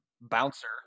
bouncer